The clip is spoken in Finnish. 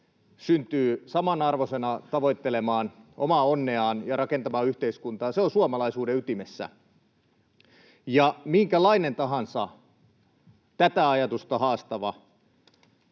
syntyy samanarvoisena tavoittelemaan omaa onneaan ja rakentamaan yhteiskuntaa. Se on suomalaisuuden ytimessä. Minkälainen tahansa tätä ajatusta haastava